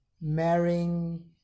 marrying